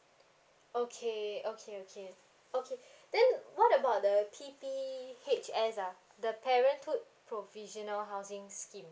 okay okay okay okay then what about the P_P_H_S ah the parenthood provisional housing scheme